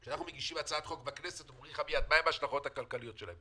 כאשר אנחנו מגישים הצעת חוק בכנסת אומרים לנו: מה ההשלכות הכלכליות שלה?